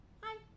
Hi